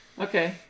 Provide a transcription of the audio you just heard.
Okay